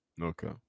Okay